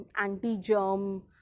anti-germ